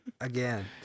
Again